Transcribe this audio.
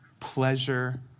pleasure